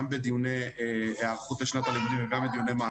גם בדיוני היערכות לשנת הלימודים וגם בדיוני מעקב.